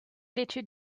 l’étude